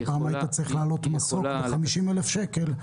פעם היית צריך להעלות מסוק ב-50 אלף שקל,